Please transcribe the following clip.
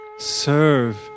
serve